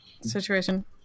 situation